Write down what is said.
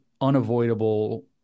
unavoidable